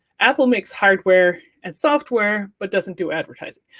apple makes hardware and software, but doesn't do advertising.